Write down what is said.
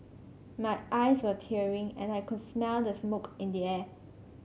my eyes were tearing and I could smell the smoke in the air